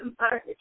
mark